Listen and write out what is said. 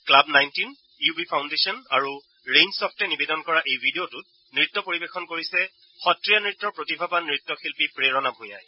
club nineteen U B foundation আৰু ৰেইনছফটে নিবেদন কৰা এই ভিডিঅটোত ন্ত্য পৰিৱেশন কৰিছে সৱীয়া নৃত্যৰ প্ৰতিভাবান নৃত্য শিল্পী প্ৰেৰণা ভূঞাই